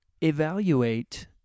evaluate